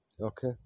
Okay